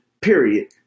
period